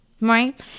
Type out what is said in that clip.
right